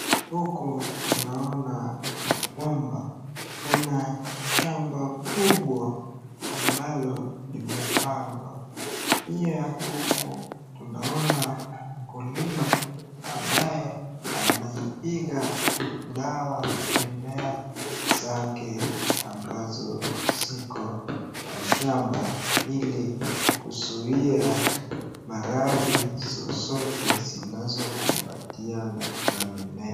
HUku tunaona ya kwamba kuna shamba kubwa ambalo limepandwa. Pia huku naona mkulima ambaye amepiga dawa mimea zake ambazo ziko kwa shamba ili kuzuia maradhi zozote zinazokumbatiana na mimea.